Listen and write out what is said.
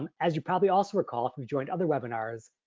um as you probably also recall, we've joined other webinars.